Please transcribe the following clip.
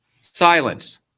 Silence